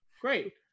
Great